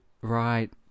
Right